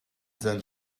then